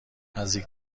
نزدیک